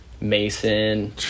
mason